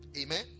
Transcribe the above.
Amen